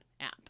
app